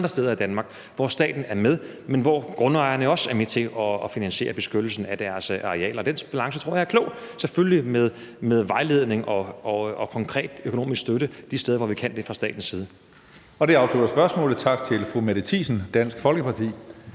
hvor staten er med, men hvor grundejerne også er med til at finansiere beskyttelsen af deres arealer. Den balance tror jeg er klog – selvfølgelig med vejledning og konkret økonomisk støtte de steder, hvor vi kan det fra statens side.